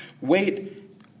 Wait